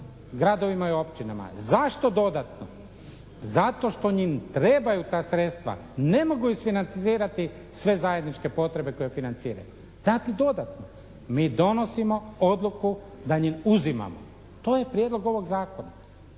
gradovima i općinama. Zašto dodatno? Zato što im trebaju ta sredstva. Ne mogu isfinancirati sve zajedničke potrebe koje financiraju. Dati dodatno, mi donosimo odluku da im uzimamo. To je prijedlog ovog zakona.